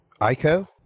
Ico